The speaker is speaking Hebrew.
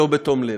שלא בתום לב.